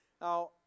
Now